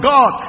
God